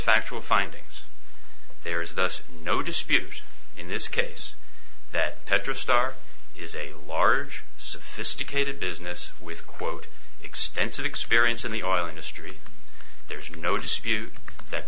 factual findings there is thus no dispute in this case that petra starr is a large sophisticated business with quote extensive experience in the oil industry there's no dispute that